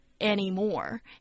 anymore